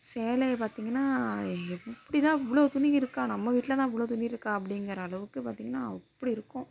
சேலையை பார்த்திங்கன்னா எப்படி தான் இவ்வளோ துணி இருக்கா நம்ம வீட்டில தான் இவ்வளோ துணி இருக்கா அப்படிங்கிற அளவுக்கு பார்த்திங்கன்னா அப்படி இருக்கும்